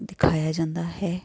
ਦਿਖਾਇਆ ਜਾਂਦਾ ਹੈ